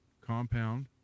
compound